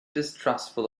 distrustful